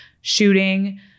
shooting